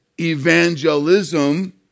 evangelism